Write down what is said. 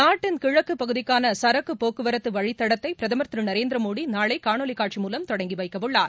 நாட்டின் கிழக்கு பகுதிக்கான சரக்கு போக்குவர்தது வழித்தடத்தை பிரதமர் திரு நரேந்திரமோடி நாளை காணொலி காட்சி மூலம் தொடங்கி வைக்கவுள்ளார்